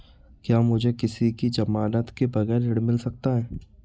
क्या मुझे किसी की ज़मानत के बगैर ऋण मिल सकता है?